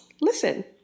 listen